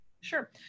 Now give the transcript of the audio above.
Sure